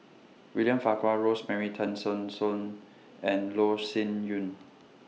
William Farquhar Rosemary Tessensohn and Loh Sin Yun